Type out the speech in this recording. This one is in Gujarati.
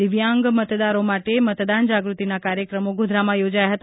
દિવ્યાંગો મતદારો માટે મતદાન જાગૃતિનો કાર્યક્રમ ગોધરામાં યોજાયો